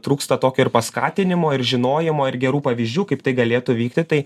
trūksta tokio ir paskatinimo ir žinojimo ir gerų pavyzdžių kaip tai galėtų vykti tai